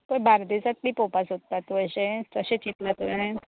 खंय बार्देसांतली पोवपाक सोदता तूं अशें तशें चिंतलें तुवें